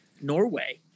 Norway